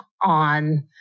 on